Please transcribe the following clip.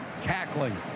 tackling